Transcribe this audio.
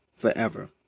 forever